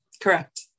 Correct